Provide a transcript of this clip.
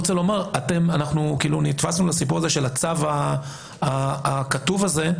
אומרת, נתפסנו לסיפור של הצו הכתוב הזה,